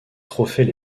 trophées